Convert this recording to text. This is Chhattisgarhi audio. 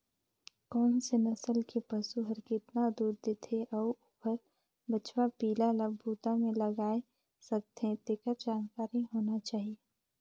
कोन से नसल के पसु हर केतना दूद देथे अउ ओखर बछवा पिला ल बूता में लगाय सकथें, तेखर जानकारी होना चाही